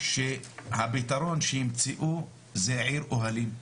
שהפתרון שיימצאו זה עיר אוהלים.